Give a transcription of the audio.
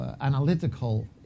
analytical